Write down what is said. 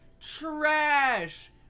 trash